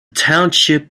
township